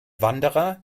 wanderer